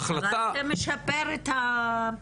זה משפר את התוצאות.